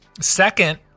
Second